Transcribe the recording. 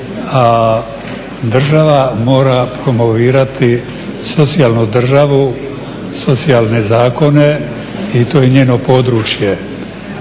A država mora promovirati socijalnu državu, socijalne zakone i to je njeno područje.